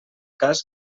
cas